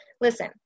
listen